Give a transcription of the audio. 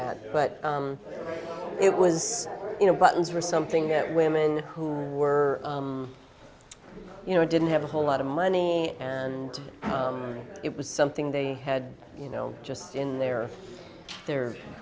that but it was you know buttons were something that women who were you know didn't have a whole lot of money and it was something they had you know just in their the